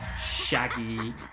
shaggy